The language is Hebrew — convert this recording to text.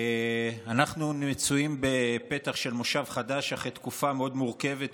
אנחנו מצויים בפתח של מושב חדש אחרי תקופה מאוד מורכבת,